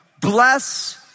Bless